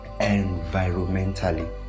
environmentally